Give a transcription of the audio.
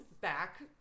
back